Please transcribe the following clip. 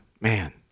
man